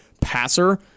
passer